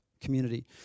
community